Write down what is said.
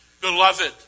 Beloved